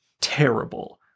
terrible